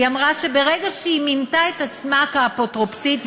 היא אמרה שברגע שהיא מינתה את עצמה לאפוטרופוסית,